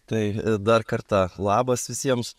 tai dar kartą labas visiems